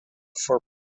for